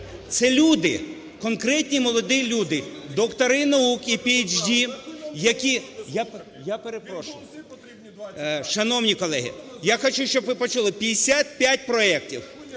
Це люди, конкретні молоді люди, доктори наук PhD, які… Я перепрошую. Шановні колеги, я хочу, щоб ви почули, 55 проектів,